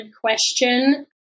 question